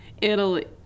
Italy